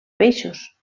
peixos